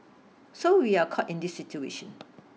so we are caught in this situation